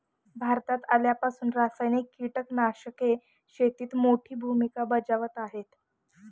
भारतात आल्यापासून रासायनिक कीटकनाशके शेतीत मोठी भूमिका बजावत आहेत